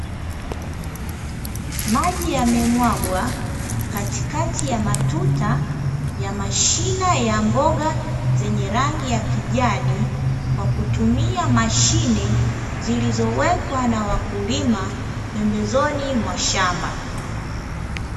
Maji yamemwagwa katikati ya matuta ya mashina ya mboga zenye rangi ya kijani, kwa kutumia mashine zilizowekwa na wakulima pembezoni mwa shamba.